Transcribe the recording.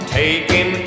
taking